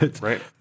Right